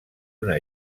una